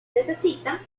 necesita